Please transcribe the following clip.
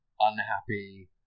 unhappy